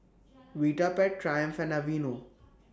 Vitapet Triumph and Aveeno